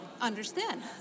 understand